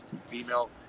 Female